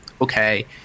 okay